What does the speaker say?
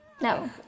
No